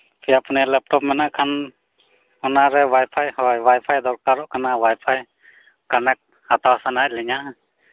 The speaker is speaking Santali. ᱯᱮᱭᱟᱼᱯᱩᱱᱭᱟ ᱞᱮᱯᱴᱚᱯ ᱢᱮᱱᱟᱜ ᱠᱷᱟᱱ ᱚᱱᱟᱨᱮ ᱚᱣᱟᱭᱯᱷᱟᱭ ᱦᱳᱭ ᱚᱣᱟᱭᱯᱷᱟᱭ ᱫᱚᱨᱠᱟᱨᱚᱜ ᱠᱟᱱᱟ ᱚᱣᱟᱭᱯᱷᱟᱭ ᱠᱟᱱᱮᱠᱴ ᱦᱟᱛᱟᱣ ᱥᱟᱱᱟᱭᱮᱫᱞᱤᱧᱟᱹ